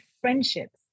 friendships